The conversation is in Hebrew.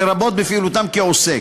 לרבות בפעילותם כ"עוסק",